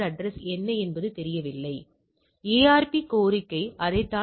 B என்பது மேல் எல்லை வலது புறம்